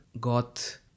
got